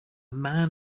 man